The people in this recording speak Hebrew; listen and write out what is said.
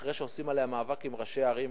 אחרי שעושים עליה מאבק עם ראשי ערים,